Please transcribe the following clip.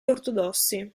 ortodossi